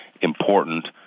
important